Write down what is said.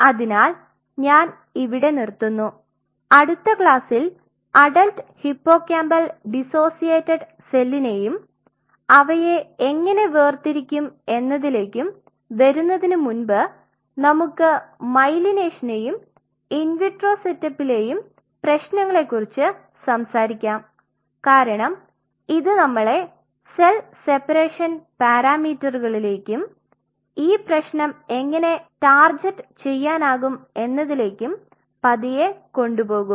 അതിനാൽ ഞാൻ ഇവിടെ നിർത്തുന്നു അടുത്ത ക്ലാസ്സിൽ അഡൽറ്റ് ഹിപ്പോകാമ്പൽ ഡിസോസിയേറ്റഡ് സെല്ലിനെയും അവയെ എങ്ങനെ വേർതിരിക്കും എന്നത്തിലേക് വരുന്നതിനു മുൻപ് നമ്മുക് മൈലൈനേഷനിലേയും ഇൻവിട്രോ സെറ്റപ്പിലെയും പ്രേശ്നങ്ങളെ കുറിച് സംസാരികാം കാരണം ഇത് നമ്മളെ സെൽ സെപ്പറേഷൻ പാരാമീറ്ററുകളിലേക്കും ഈ പ്രശ്നം എങ്ങനെ ടാർഗെറ്റുചെയ്യാനാകും എന്നതിലേക്കും പതിയെ കൊണ്ടുപോകും